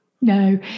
no